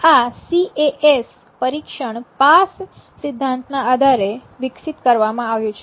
આ સીએએસ પરિક્ષણ પાસ સિદ્ધાંતના આધારે વિકસિત કરવામાં આવ્યું છે